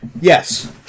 Yes